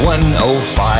105